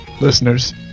listeners